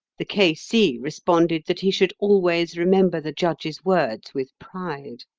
the k. c. responded that he should always remember the judge's words with pride.